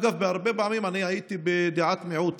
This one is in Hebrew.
אגב, הרבה פעמים אני הייתי בדעת מיעוט